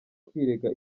kwirega